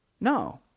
No